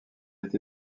été